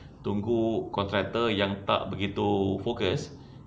tunggu contractor yang tak begitu focus